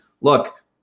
Look